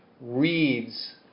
reads